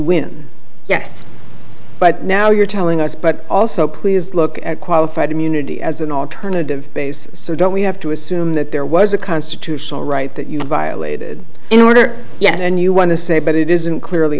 win yes but now you're telling us but also please look at qualified immunity as an alternative base so don't we have to assume that there was a constitutional right that you have violated in order yes and you want to say but it isn't clearly